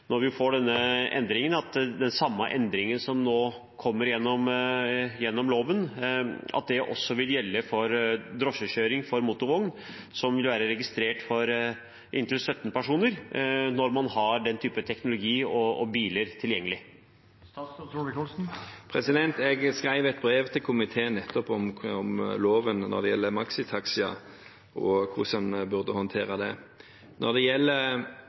når vi får denne endringen, den samme endringen som nå kommer gjennom loven, vil det også gjelde for drosjekjøring med motorvogn som er registrert for inntil 17 personer, når man har den typen teknologi og biler tilgjengelig. Jeg skrev et brev til komiteen nettopp om loven når det gjelder maxitaxier og hvordan man burde håndtere det. Når det gjelder